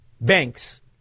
banks